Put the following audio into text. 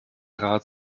rat